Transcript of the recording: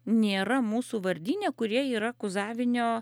nėra mūsų vardyne kurie yra kuzavinio